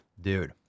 Dude